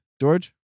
George